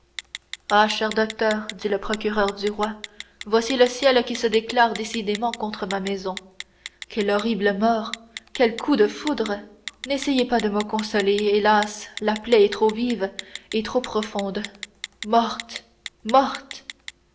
ah cher docteur dit le procureur du roi voici le ciel qui se déclare décidément contre ma maison quelle horrible mort quel coup de foudre n'essayez pas de me consoler hélas la plaie est trop vive et trop profonde morte morte